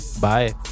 Bye